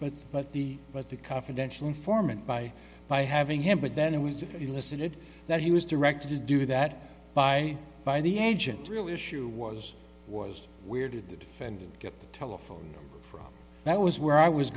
but but the but the confidential informant by by having him but then it was elicited that he was directed to do that by by the agent real issue was was where did the defendant get the telephone from that was where i was